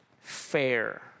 fair